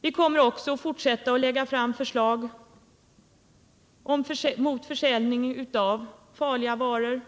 Vi kommer också att fortsätta att lägga fram förslag mot försäljning av farliga varor, och